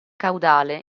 caudale